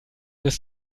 bis